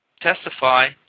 testify